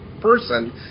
person